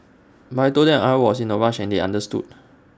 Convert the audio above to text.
but I Told them I was in A rush and they understood